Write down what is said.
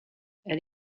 elle